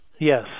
Yes